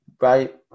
right